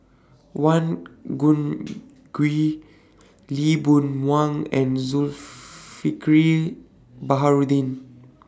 Wang Lee Boon Wang and Baharudin